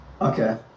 Okay